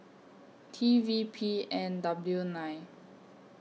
T V P N W nine